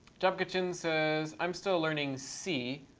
jobcoachin says, i'm still learning c.